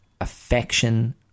affection